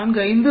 45 0